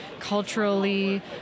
culturally